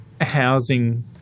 housing